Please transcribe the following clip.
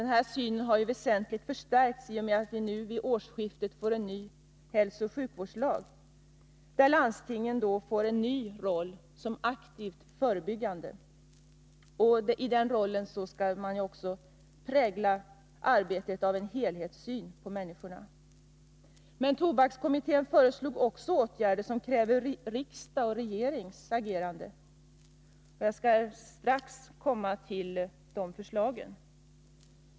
Den här synen har ju väsentligt förstärkts i och med att vi nu vid årsskiftet får en ny hälsooch sjukvårdslag, där landstingen får en ny, aktiv och förebyggande roll, varvid arbetet skall präglas av en helhetssyn på människorna. Men tobakskommittén föreslog också åtgärder som kräver riksdagens och regeringens agerande, och jag skall strax beröra dessa förslag.